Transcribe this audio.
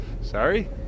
Sorry